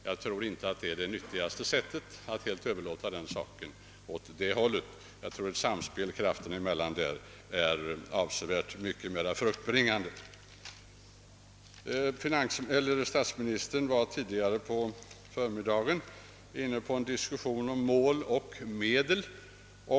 Jag tror inte att det lämpligaste är att låta den helt ta hand om denna uppgift; ett samspel krafterna emellan blir avsevärt mera fruktbringande. Statsministern deltog på förmiddagen i en diskussion om mål och medel.